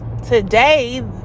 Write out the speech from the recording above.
today